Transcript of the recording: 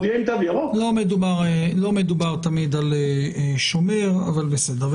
לא מדובר תמיד על שומר אבל בסדר.